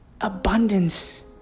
abundance